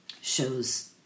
shows